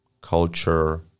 culture